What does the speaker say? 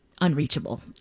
unreachable